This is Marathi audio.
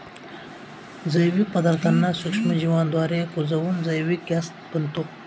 जैविक पदार्थांना सूक्ष्मजीवांद्वारे कुजवून जैविक गॅस बनतो